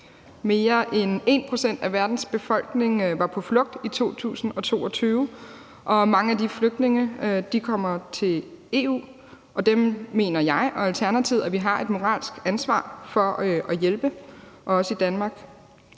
Mere end 1 pct. af verdens befolkning var på flugt i 2022, og mange af de flygtninge kommer til EU, og dem mener jeg og Alternativet at vi har et moralsk ansvar for at hjælpe, og også i Danmark.